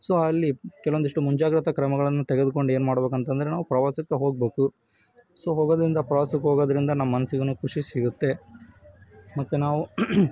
so ಅಲ್ಲಿ ಕೆಲವೊಂದಿಷ್ಟು ಮುಂಜಾಗ್ರತ ಕ್ರಮಗಳನ್ನು ತೆಗೆದುಕೊಂಡು ಏನು ಮಾಡಬೇಕು ಅಂತ ಅಂದ್ರೆ ನಾವು ಪ್ರವಾಸಕ್ಕೆ ಹೋಗಬೇಕು ಸೊ ಹೋಗೋದರಿಂದ ಪ್ರವಾಸಕ್ಕೆ ಹೋಗೋದ್ರಿಂದ ನಮ್ಮ ಮನಸ್ಸಿಗುನು ಖುಷಿ ಸಿಗುತ್ತೆ ಮತ್ತು ನಾವು